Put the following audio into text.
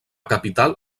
capital